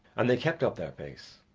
and they kept up their pace.